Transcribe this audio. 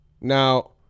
Now